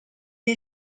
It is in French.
est